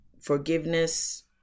forgiveness